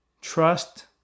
Trust